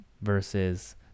versus